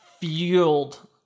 fueled